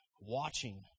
watching